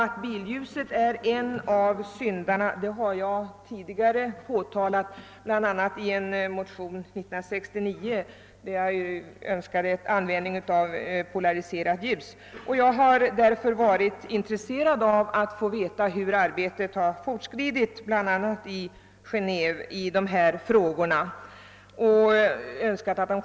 Att billjuset är en av syndarna har jag tidigare påtalat, bl.a. i en motion 1969, i vilken jag önskade användning av polariserat ljus. Jag har därför varit intresserad av att få veta hur arbetet har fortskridit med dessa frågor, bl.a. i Genéve.